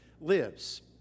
lives